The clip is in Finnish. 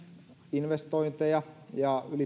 investointeja ja